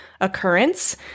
occurrence